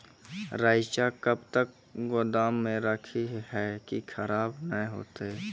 रईचा कब तक गोदाम मे रखी है की खराब नहीं होता?